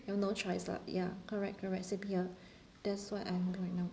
you've no choice lah ya correct correct same here that's what I'm doing now